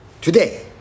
today